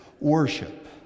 worship